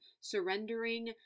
surrendering